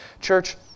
Church